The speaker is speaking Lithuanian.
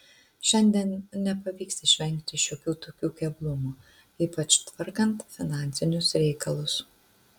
šiandien nepavyks išvengti šiokių tokių keblumų ypač tvarkant finansinius reikalus